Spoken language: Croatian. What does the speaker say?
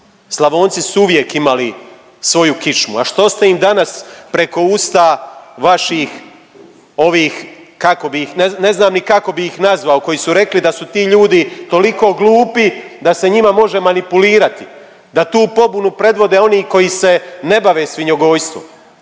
Slavonci su uvijek imali svoju kičmu. A što ste im danas preko usta vaših ovih kako bi ih, ne zna ni kako bi ih nazvao koji su rekli da su ti ljudi toliko glupi da se njima može manipulirati, da tu pobunu predvode oni koji se ne bave svinjogojstvom.